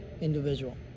individual